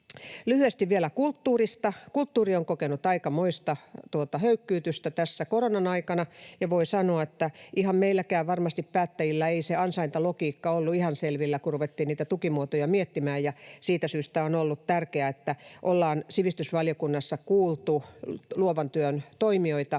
Lyhyesti vielä kulttuurista: Kulttuuri on kokenut aikamoista höykytystä tässä koronan aikana, ja voi sanoa, että varmasti meillä päättäjilläkään ei se ansaintalogiikka ollut ihan selvillä, kun ruvettiin niitä tukimuotoja miettimään. Siitä syystä on ollut tärkeää, että ollaan sivistysvaliokunnassa kuultu luovan työn toimijoita